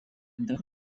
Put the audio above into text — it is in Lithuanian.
dar